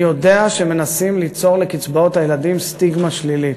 אני יודע שמנסים ליצור לקצבאות הילדים סטיגמה שלילית.